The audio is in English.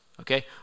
Okay